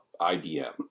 IBM